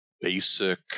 basic